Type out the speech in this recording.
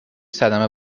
صدمه